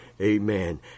amen